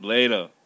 Later